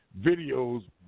videos